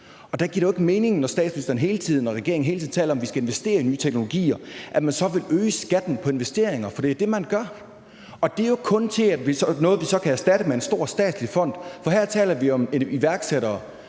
Og der giver det jo ikke mening, når statsministeren og regeringen hele tiden taler om, at vi skal investere i nye teknologier, at man så vil øge skatten på investeringer, for det er det, man gør. Og det er jo så kun noget, vi kan erstatte med en stor statslig fond, for her taler vi om iværksættere,